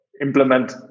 implement